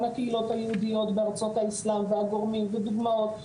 הקהילות היהודיות בארצות האסלם והגורמים ודוגמאות,